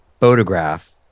photograph